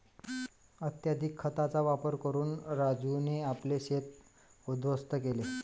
अत्यधिक खतांचा वापर करून राजूने आपले शेत उध्वस्त केले